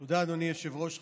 היושב-ראש.